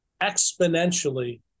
Exponentially